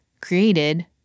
created